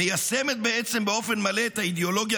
מיישמת בעצם באופן מלא את האידיאולוגיה